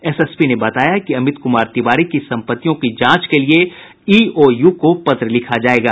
SSP ने बताया कि अमित कुमार तिवारी की सम्पत्तियों की जांच के लिए ईओयू को पत्र लिखा जायेगा